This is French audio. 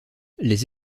les